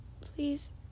Please